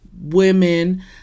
women